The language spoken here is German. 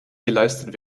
geleistet